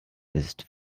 ist